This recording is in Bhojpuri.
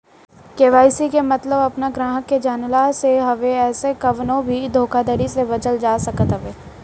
के.वाई.सी के मतलब अपनी ग्राहक के जनला से हवे एसे कवनो भी धोखाधड़ी से बचल जा सकत हवे